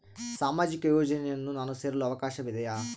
ಸಾಮಾಜಿಕ ಯೋಜನೆಯನ್ನು ನಾನು ಸೇರಲು ಅವಕಾಶವಿದೆಯಾ?